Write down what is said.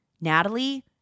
Natalie